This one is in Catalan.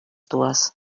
dues